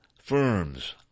firms